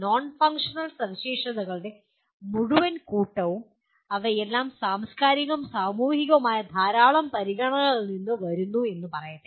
non functional സവിശേഷതകളുടെ മുഴുവൻ കൂട്ടവും അവയെല്ലാം സാംസ്കാരികവും സാമൂഹികവുമായ ധാരാളം പരിഗണനകളിൽ നിന്ന് വരുന്നു എന്ന് പറയട്ടെ